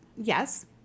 yes